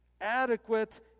adequate